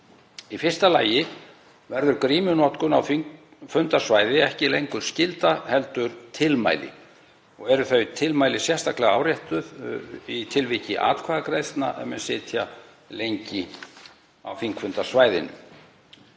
Í fyrsta lagi verður grímunotkun á fundasvæði ekki lengur skylda heldur tilmæli. Eru þau tilmæli sérstaklega áréttuð í tilviki atkvæðagreiðslna ef menn sitja lengi á þingfundasvæðinu.